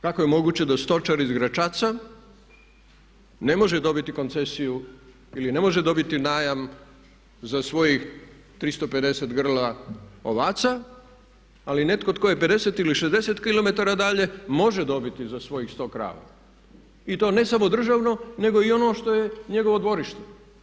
Kako je moguće da stočar iz Gračaca ne može dobiti koncesiju ili ne može dobiti najam za svojih 350 grla ovaca ali netko tko je 50 ili 60 km dalje može dobiti za svojih 100 krava i to ne samo državno nego i ono što je njegovo dvorište?